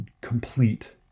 complete